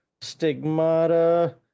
stigmata